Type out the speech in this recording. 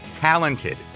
talented